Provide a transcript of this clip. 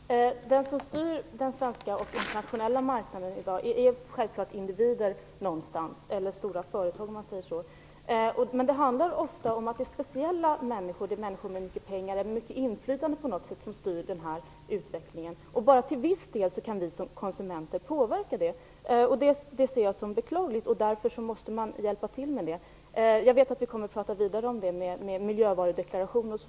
Herr talman! De som styr den svenska och den internationella marknaden i dag är självklart individer någonstans, eller stora företag, om man säger så. Men det handlar ofta om att det är speciella människor. Det är människor med mycket pengar, med mycket inflytande, som styr utvecklingen. Bara till viss del kan vi som konsumenter påverka det. Det ser jag som beklagligt. Därför måste man hjälpa till. Jag vet att vi kommer att prata vidare om det i samband med miljövarudeklarationen.